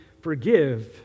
forgive